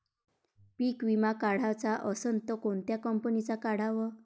पीक विमा काढाचा असन त कोनत्या कंपनीचा काढाव?